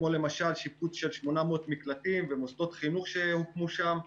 כמו למשל שיפוץ של 800 מקלטים ומוסדות חינוך שהוקמו שם,